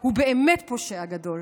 הוא באמת פושע גדול.